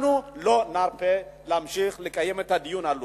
אנחנו לא נרפה ונמשיך לקיים את הדיון על לוד.